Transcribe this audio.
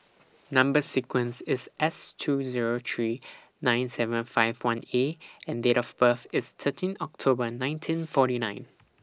Number sequence IS S two Zero three nine seven five one A and Date of birth IS thirteen October nineteen forty nine